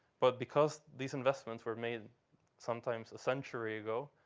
but because these investments were made sometimes a century ago,